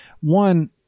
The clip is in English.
one